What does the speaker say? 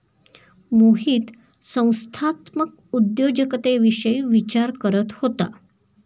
मोहित संस्थात्मक उद्योजकतेविषयी विचार करत होता